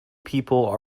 people